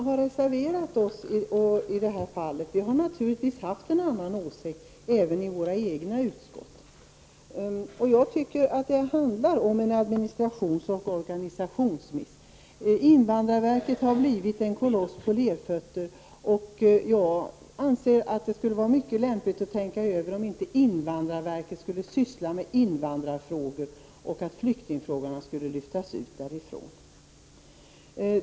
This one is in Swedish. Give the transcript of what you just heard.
Herr talman! Vi reservanter har naturligtvis haft en annan åsikt även i våra egna utskott. Jag tycker att det handlar om en administrationsoch organisationsmiss. Invandrarverket har blivit en koloss på lerfötter. Jag anser att det vore lämpligt att tänka över om inte invandrarverket skulle syssla med invandrarfrågor och att flyktingfrågorna skulle lyftas bort därifrån.